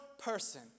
person